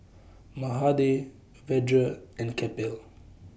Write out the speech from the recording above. Mahade Vedre and Kapil